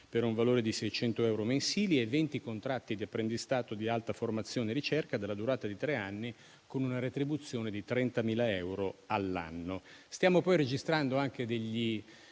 per un valore di 600 euro mensili e 20 contratti di apprendistato di alta formazione e ricerca della durata di tre anni, con una retribuzione di 30.000 euro all'anno. Stiamo poi registrando anche